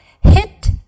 hit